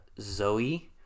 Zoe